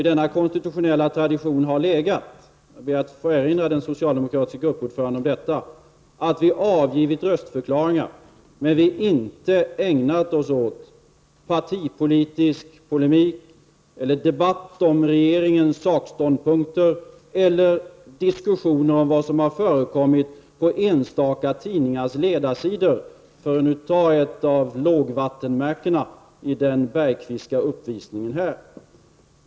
I denna konstitionella tradition har legat, vilket jag ber att få erinra den socialdemokratiska gruppledaren om, att vi avgivit röstförklaringar men inte ägnat oss åt partipolitisk polemik eller debatt om regeringens ståndpunkter i sak eller diskussioner om vad som har förekommit på enstaka tidningars ledarsidor, för att nu ta ett av lågvattenmärkena i den Bergqvistska uppvisningen här.